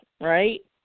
right